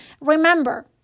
Remember